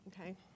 okay